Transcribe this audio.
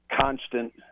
constant